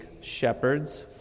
shepherds